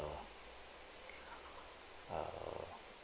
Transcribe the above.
err uh